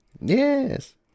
Yes